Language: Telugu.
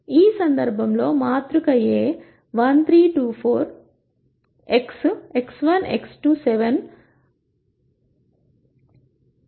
ఈ సందర్భంలో మాతృక A 1 3 2 4 x x1 x2 7 10